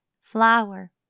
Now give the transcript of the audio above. flower